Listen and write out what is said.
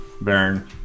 Baron